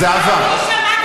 אני שומעת,